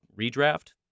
redraft